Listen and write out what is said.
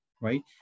right